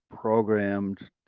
programmed